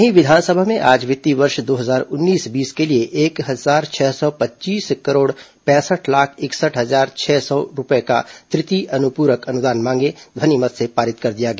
वहीं विधानसभा में आज वित्तीय वर्ष दो हजार उन्नीस बीस के लिए एक हजार छह सौ पच्चीस करोड़ पैंसठ लाख इकसठ हजार छह सौ रूपए का तृतीय अनुपूरक अनुदान मांगे ध्वनि मत से पारित कर दिया गया